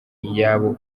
iyabo